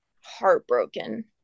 heartbroken